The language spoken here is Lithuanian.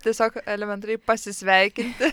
tiesiog elementariai pasisveikinti